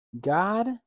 God